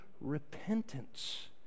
repentance